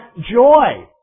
Joy